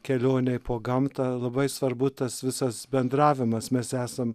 kelionei po gamtą labai svarbu tas visas bendravimas mes esam